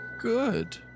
Good